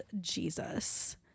Jesus